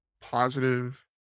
positive